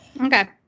Okay